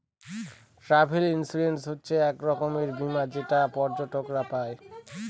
travel insurance হচ্ছে এক রকমের বীমা যেটা পর্যটকরা পাই